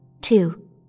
Two